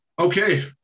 Okay